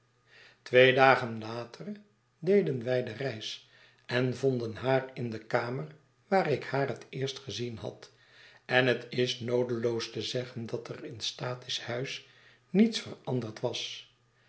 twee dagen later deden wij de reis en vonden haar in de kamer waar ik haar het eerst gezien had en het is noodeloos te zeggen dat er in satis huis niets veranderd was